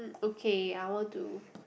okay I want to